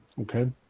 Okay